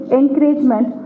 encouragement